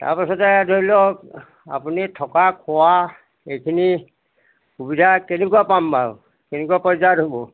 তাৰপিছতে ধৰি লওক আপুনি থকা খোৱা এইখিনি সুবিধা কেনেকুৱা পাম বাৰু কেনেকুৱা পৰ্যায়ত হ'ব